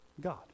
God